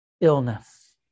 illness